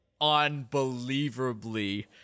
unbelievably